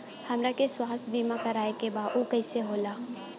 हमरा के स्वास्थ्य बीमा कराए के बा उ कईसे होला?